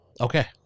Okay